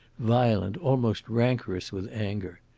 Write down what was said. violent, almost rancorous with anger.